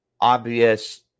obvious